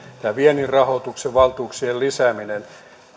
tämä viennin rahoituksen ja valtuuksien lisääminen